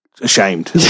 ashamed